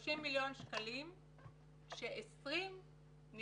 30 מיליון שקלים כאשר 20 מיליון שקלים